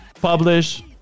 publish